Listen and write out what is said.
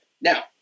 Now